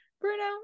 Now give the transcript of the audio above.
Bruno